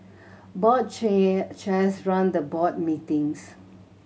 board chair chairs run the board meetings